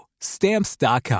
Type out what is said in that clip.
Stamps.com